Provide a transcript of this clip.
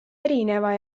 erineva